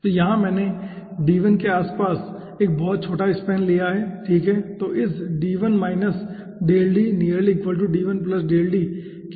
तो यहाँ मैंने d1 के आसपास एक बहुत छोटा स्पैन मैंने लिया है ठीक है